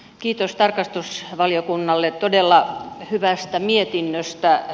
kiitos tarkastusvaliokunnalle todella hyvästä mietinnöstä